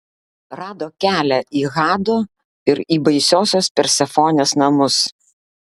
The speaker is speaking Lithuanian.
rado kelią į hado ir į baisiosios persefonės namus